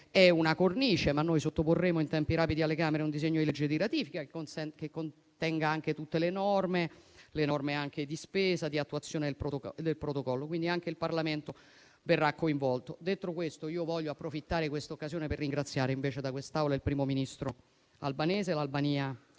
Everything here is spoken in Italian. è una cornice. Ma noi sottoporremo in tempi rapidi alle Camere un disegno di legge di ratifica che contenga anche tutte le norme, quelle di spesa e di attuazione del protocollo. Anche il Parlamento, quindi, verrà coinvolto. Detto questo, voglio approfittare di questa occasione per ringraziare da quest'Aula il Primo Ministro albanese e l'Albania